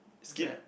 what's that